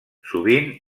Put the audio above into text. sovint